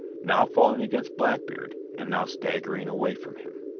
now falling against blackbeard, and now staggering away from him.